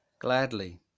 Gladly